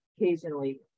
occasionally